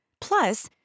Plus